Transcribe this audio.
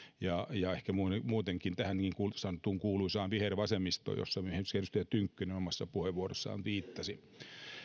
ja ja ehkä muutenkin tähän niin sanottuun kuuluisaan vihervasemmistoon johon myös edustaja tynkkynen omassa puheenvuorossaan viittasi